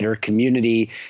community